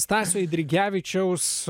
stasio eidrigevičiaus